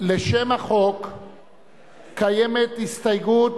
לשם החוק יש הסתייגות